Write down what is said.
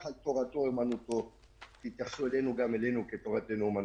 אם תתייחסו גם אלינו כ"תורתנו אומנותנו".